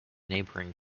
neighbouring